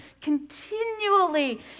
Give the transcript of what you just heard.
continually